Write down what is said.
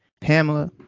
pamela